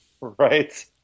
Right